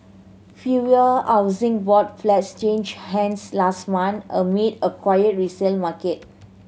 fewer Housing Board flats changed hands last month amid a quiet resale market